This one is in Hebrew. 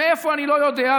מאיפה אני לא יודע,